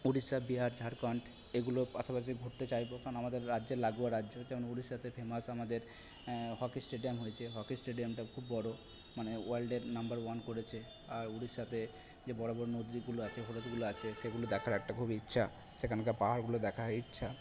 উড়িষ্যা বিহার ঝাড়খন্ড এগুলোর পাশাপাশি ঘুরতে চাইব কারণ আমাদের রাজ্যের লাগোয়া রাজ্য হচ্ছে যেমন উড়িষ্যাতে ফেমাস আমাদের হকি স্টেডিয়াম হয়েছে হকি স্টেডিয়ামটা খুব বড় মানে ওয়ার্ল্ডের নাম্বার ওয়ান করেছে আর উড়িষ্যাতে যে বড় বড় নদীগুলো আছে গুলো আছে সেগুলো দেখার একটা খুব ইচ্ছা সেখানকার পাহাড়গুলো দেখার ইচ্ছা